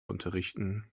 unterrichten